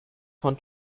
von